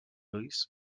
ulls